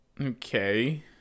Okay